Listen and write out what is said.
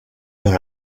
dans